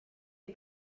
est